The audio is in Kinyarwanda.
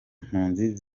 mpunzi